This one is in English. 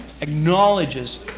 acknowledges